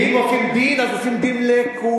ואם עושים דין, אז עושים דין לכולם.